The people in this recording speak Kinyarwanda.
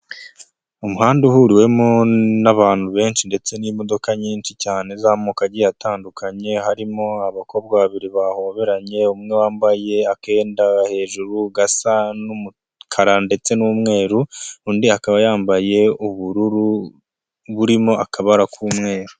Umuhanda uhuriwemo n'abantu benshi ndetse n'imodoka nyinshi cyane z'amoko agiye atandukanye harimo abakobwa babiri bahoberanye umwe wambaye akenda hejuru gasa n'umukara ndetse n'umweru, undi akaba yambaye ubururu burimo akabara k'umweru.